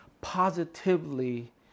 positively